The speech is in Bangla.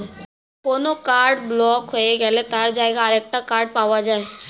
কোনো কার্ড ব্লক হয়ে গেলে তার জায়গায় আরেকটা কার্ড পাওয়া যায়